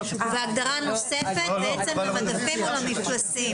ההגדרה הנוספת היא למדפים או למפלסים.